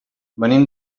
venim